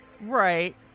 Right